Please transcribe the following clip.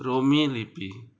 रोमि लिपी